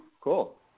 Cool